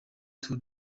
tour